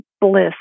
bliss